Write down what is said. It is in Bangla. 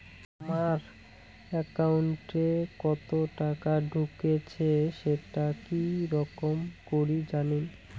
আমার একাউন্টে কতো টাকা ঢুকেছে সেটা কি রকম করি জানিম?